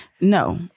No